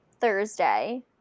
Thursday